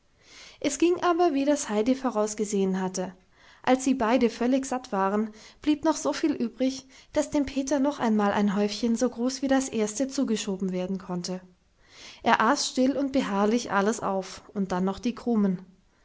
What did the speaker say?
es ging aber wie das heidi vorausgesehen hatte als sie beide völlig satt waren blieb noch so viel übrig daß dem peter noch einmal ein häufchen so groß wie das erste zugeschoben werden konnte er aß still und beharrlich alles auf und dann noch die krumen